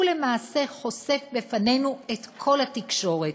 הוא למעשה חושף בפנינו את כל התקשורת,